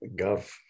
Gov